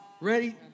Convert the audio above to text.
Ready